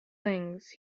things